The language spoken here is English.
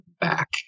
back